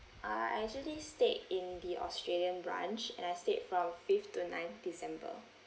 uh I actually stayed in the australian branch and I stayed from fifth to ninth december